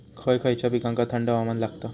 खय खयच्या पिकांका थंड हवामान लागतं?